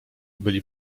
byli